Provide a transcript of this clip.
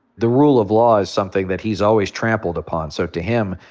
the rule of law is something that he's always trampled upon. so to him,